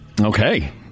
Okay